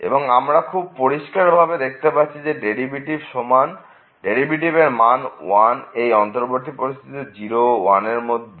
এবং আমরা খুব পরিষ্কারভাবে দেখতে পাচ্ছি যে ডেরিভেটিভটির মান 1 এই অন্তর্বর্তী পরিস্থিতিতে 0 ও 1 এরমধ্যে